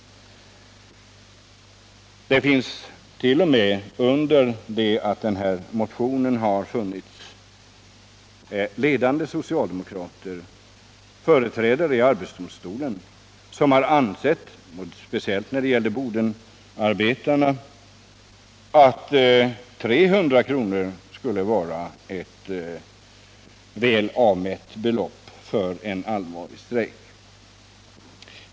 Sedan motionen tillkommit har t.o.m. ledande socialdemokrater, ledamöter av arbetsdomstolen, ansett — speciellt när det gäller Bodenarbetarna —-att 300 kr. kan anses vara ett väl avvägt belopp vid en allvarlig strejk.